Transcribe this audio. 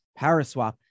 Paraswap